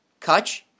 Kutch